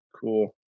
Cool